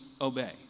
obey